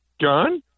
john